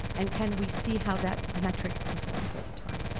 and can we see how that metric performs over time?